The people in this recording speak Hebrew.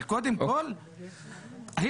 אבל קודם כל הנה,